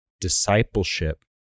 discipleship